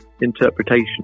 interpretation